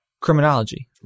criminology